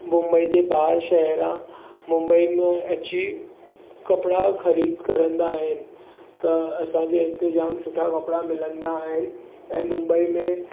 मुंबई जे ॿाहिरि शहरां मुंबई में अची कपिड़ा ख़रीद करंदा आहिनि त असांजे हिते जामु सुठा कपिड़ा मिलंदा आहिनि ऐं मुंबई में